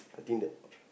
I think that